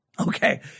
Okay